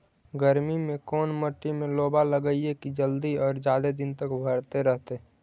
गर्मी में कोन मट्टी में लोबा लगियै कि जल्दी और जादे दिन तक भरतै रहतै?